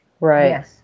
Right